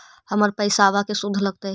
हमर पैसाबा के शुद्ध लगतै?